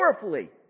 powerfully